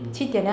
mm